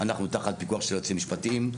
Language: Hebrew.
אנחנו תחת פיקוח של יועצים משפטיים,